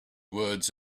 words